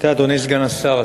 אדוני סגן השר,